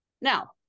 Now